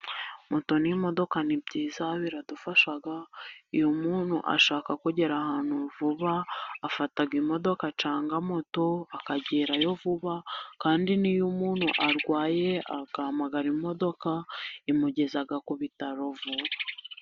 Motoni'modoka ni byiza, biradufasha. Iyo umuntu ashaka kugera ahantu vuba, afata imodoka cyangwa moto akagerayo vuba, kandi n'iyo umuntu arwaye agahamagara imodoka, imugeza ku bitaro vuba.